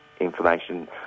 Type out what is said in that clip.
information